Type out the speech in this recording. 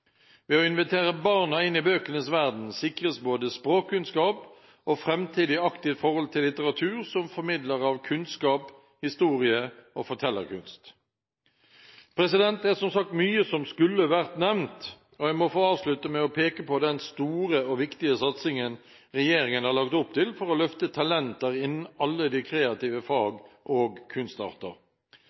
Ved at barna blir invitert inn i bøkenes verden, sikres både språkkunnskap og et framtidig aktivt forhold til litteratur som formidler av kunnskap, historie og fortellekunst. Det er som sagt mye som skulle vært nevnt, og jeg må få avslutte med å peke på den store og viktige satsingen regjeringen har lagt opp til for å løfte talenter innen alle kreative fag og